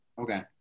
Okay